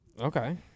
Okay